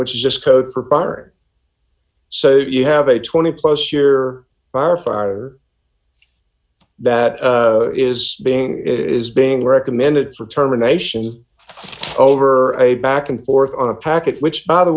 which is just code so you have a twenty plus year firefighter that is being is being recommended for terminations over a back and forth on a package which by the